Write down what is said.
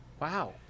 Wow